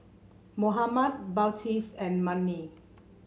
Muhammad Balqis and Murni